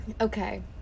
Okay